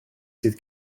sydd